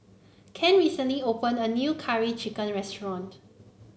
Ken recently opened a new Curry Chicken restaurant